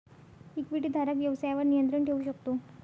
इक्विटीधारक व्यवसायावर नियंत्रण ठेवू शकतो